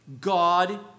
God